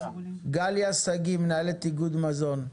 גליה שגיא, מנהלת איגוד מזון.